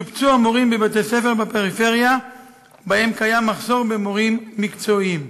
שובצו המורים בבתי-ספר בפריפריה שבהם קיים מחסור במורים מקצועיים.